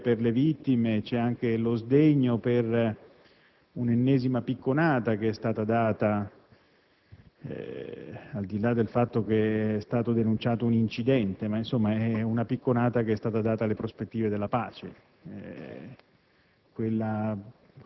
Insieme al dolore per le vittime, c'è anche lo sdegno per un'ennesima picconata che è stata data, al di là del fatto che è stato denunciato un incidente, alle prospettive della pace.